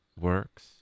works